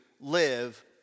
live